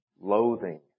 loathing